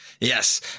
Yes